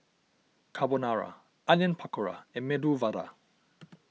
Carbonara Onion Pakora and Medu Vada